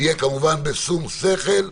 תהיה כמובן בשום שכל.